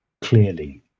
clearly